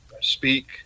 speak